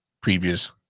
previous